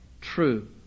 true